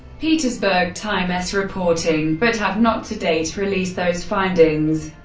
petersburg timess reporting, but have not, to date, released those findings.